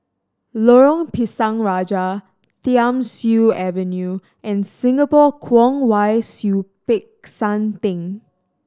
Lorong Pisang Raja Thiam Siew Avenue and Singapore Kwong Wai Siew Peck San Theng